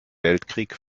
weltkrieg